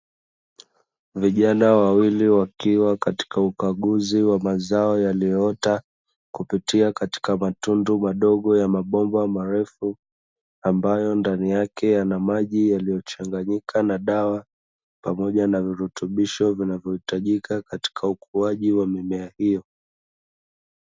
Vijana wawili wakiwa katika ukaguzi wa mazao yaliyoota kupitia katika matundu madogo ya mabomba marefu ambayo ndani yake yana maji yaliochanganyika na dawa pamoja na virutubisho vinavyohitajika katika ukuaji wa mimea hiyo.